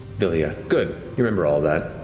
vilya. good. you remember all that.